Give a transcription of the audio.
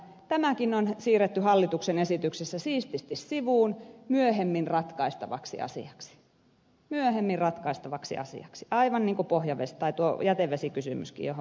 tämäkin on siirretty hallituksen esityksessä siististi sivuun myöhemmin ratkaistavaksi asiaksi myöhemmin ratkaistavaksi asiaksi aivan niin kuin jätevesikysymyskin johon valiokunta viittaa